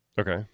okay